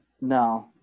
no